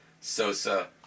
Sosa